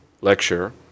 lecture